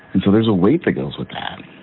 and so there's a weight that goes with that.